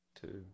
Two